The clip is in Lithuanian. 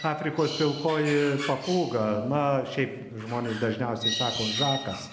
afrikos pilkoji papūga na šiaip žmonės dažniausiai sako žakas